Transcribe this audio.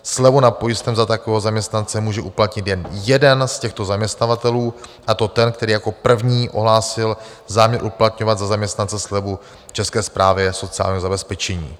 Slevu na pojistném za takového zaměstnance může uplatnit jen jeden z těchto zaměstnavatelů, a to ten, který jako první ohlásil záměr uplatňovat za zaměstnance slevu České správě sociálního zabezpečení.